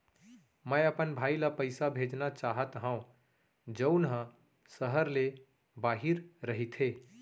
मै अपन भाई ला पइसा भेजना चाहत हव जऊन हा सहर ले बाहिर रहीथे